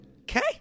okay